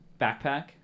backpack